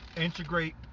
integrate